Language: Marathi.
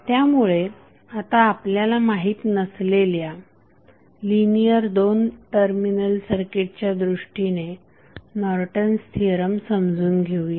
त्यामुळे आता आपल्याला माहित नसलेल्या लिनियर 2 टर्मिनल सर्किटच्या दृष्टीने नॉर्टन्स थिअरम समजून घेऊया